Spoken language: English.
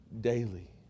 daily